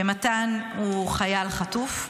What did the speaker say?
שמתן בנה הוא חייל חטוף.